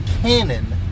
canon